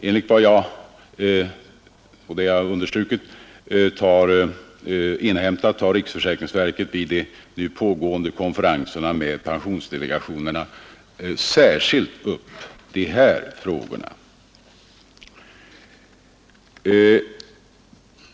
Enligt vad jag har inhämtat — och det har jag understrukit — tar riksförsäkringsverket vid de nu pågående konferenserna med pensionsdelegationerna särskilt upp de här frågorna.